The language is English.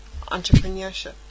entrepreneurship